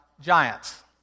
giants